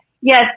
Yes